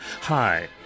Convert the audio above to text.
Hi